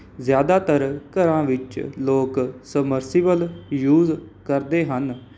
ਜ਼ਿਆਦਾਤਰ ਘਰਾਂ ਵਿੱਚ ਲੋਕ ਸਮਰਸੀਬਲ ਯੂਜ਼ ਕਰਦੇ ਹਨ